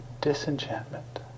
disenchantment